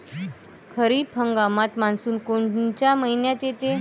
खरीप हंगामात मान्सून कोनच्या मइन्यात येते?